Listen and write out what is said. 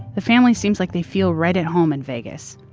the family seems like they feel right at home in vegas.